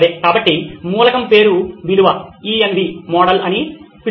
సరే కాబట్టి మూలకం పేరు విలువ ENV మోడల్ అని కూడా పిలుస్తారు